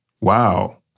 Wow